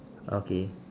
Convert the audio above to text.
okay